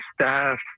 staff